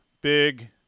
big